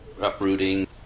uprooting